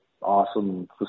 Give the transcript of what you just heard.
awesome